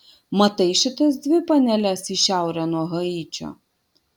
matai šitas dvi paneles į šiaurę nuo haičio